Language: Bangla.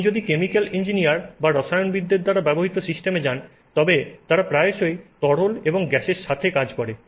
আপনি যদি কেমিক্যাল ইঞ্জিনিয়ার বা রসায়নবিদদের দ্বারা ব্যবহৃত সিস্টেমে যান তবে তারা প্রায়শই তরল এবং গ্যাসের সাথে কাজ করে